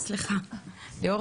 לאור